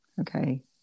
Okay